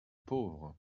pauvre